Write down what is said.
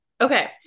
Okay